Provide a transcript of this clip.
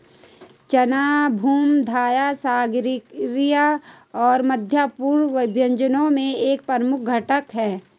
चना भूमध्यसागरीय और मध्य पूर्वी व्यंजनों में एक प्रमुख घटक है